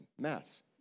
mess